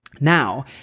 Now